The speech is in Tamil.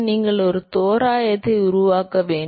நீங்கள் ஒரு தோராயத்தை உருவாக்க வேண்டும்